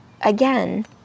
again